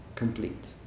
complete